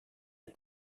est